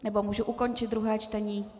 Nebo mohu ukončit druhé čtení?